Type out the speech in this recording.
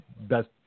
best